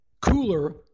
cooler